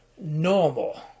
normal